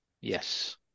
Yes